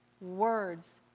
words